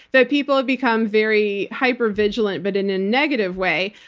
that people have become very hypervigilant, but in a negative way,